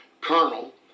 Colonel